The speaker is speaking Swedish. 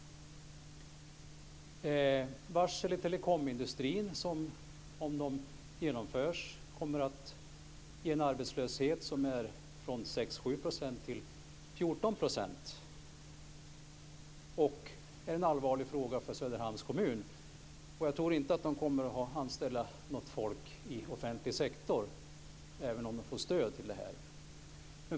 Varsel har lagts i telekomindustrin, som om de genomförs kommer att ge en ökad arbetslöshet från 6-7 % till 14 %, och det är ett allvarligt problem för Söderhamns kommun. Jag tror inte att kommunen kommer att anställa folk i offentlig sektorn, även om man får stöd till det.